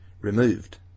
removed